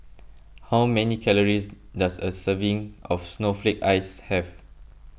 how many calories does a serving of Snowflake Ice have